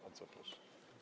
Bardzo proszę.